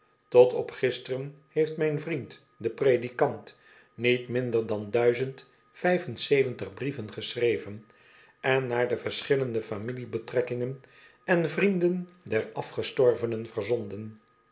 tot op gisteren heeft mijn vriend de predikant niet minder dan duizend vijf en zeventig brieven geschreven en naar de verschillende familiebetrekkingen en vrienden der afgestorvenen verzonden